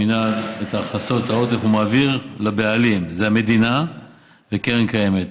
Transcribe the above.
המינהל מעביר את העודף לבעלים: המדינה וקרן קיימת.